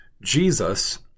Jesus